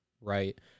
right